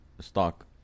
stock